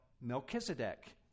Melchizedek